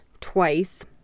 twice